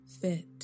fit